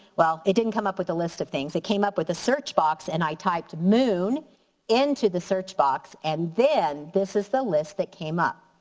well, it didn't come up with a list of things, it came up with a search box and i typed moon into the search box and then this is the list that came up.